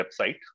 website